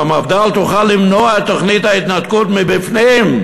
והמפד"ל תוכל למנוע את תוכנית ההתנתקות מבפנים,